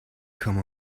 come